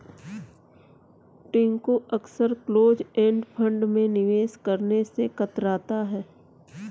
टिंकू अक्सर close end fund में निवेश करने से कतराता है